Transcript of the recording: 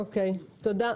תודה.